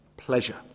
Pleasure